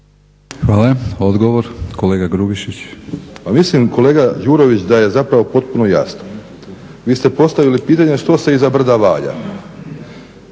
Boro (HDSSB)** Pa mislim kolega Đurović da je zapravo potpuno jasno. Vi ste postavili pitanje što se iza brda valja,